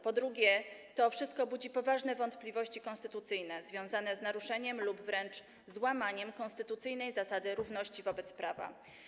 Po drugie, to wszystko budzi poważne wątpliwości konstytucyjne związane z naruszeniem lub wręcz złamaniem konstytucyjnej zasady równości wobec prawa.